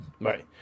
Right